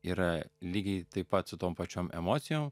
yra lygiai taip pat su tom pačiom emocijom